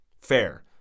Fair